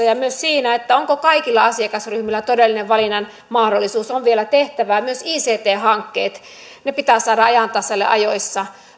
ja myös siinä onko kaikilla asiakasryhmillä todellinen valinnanmahdollisuus on vielä tehtävää myös ict hankkeet pitää saada ajan tasalle ajoissa